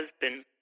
husband